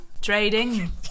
trading